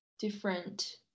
different